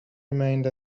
remained